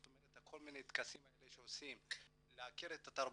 זאת אומרת כל מיני טקסים האלה שעושים להכיר את התרבות,